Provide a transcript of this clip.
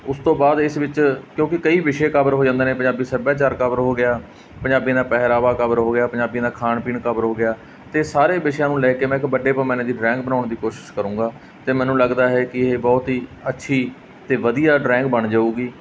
ਉਸ ਤੋਂ ਬਾਅਦ ਇਸ ਵਿੱਚ ਕਿਉਂਕਿ ਕਈ ਵਿਸ਼ੇ ਕਵਰ ਹੋ ਜਾਂਦੇ ਨੇ ਪੰਜਾਬੀ ਸੱਭਿਆਚਾਰ ਕਵਰ ਹੋ ਗਿਆ ਪੰਜਾਬੀਆਂ ਦਾ ਪਹਿਰਾਵਾ ਕਵਰ ਹੋ ਗਿਆ ਪੰਜਾਬੀਆਂ ਦਾ ਖਾਣ ਪੀਣ ਕਵਰ ਹੋ ਗਿਆ ਅਤੇ ਸਾਰੇ ਵਿਸ਼ਿਆਂ ਨੂੰ ਲੈ ਕੇ ਮੈਂ ਇੱਕ ਵੱਡੇ ਪੈਮਾਨੇ ਦੀ ਡਰੈਂਗ ਬਣਾਉਣ ਦੀ ਕੋਸ਼ਿਸ਼ ਕਰੂੰਗਾ ਅਤੇ ਮੈਨੂੰ ਲੱਗਦਾ ਹੈ ਕਿ ਇਹ ਬਹੁਤ ਹੀ ਅੱਛੀ ਅਤੇ ਵਧੀਆ ਡਰਾਇੰਗ ਬਣ ਜਾਵੇਗੀ